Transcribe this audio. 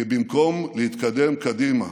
כי במקום להתקדם קדימה